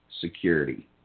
security